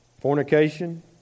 fornication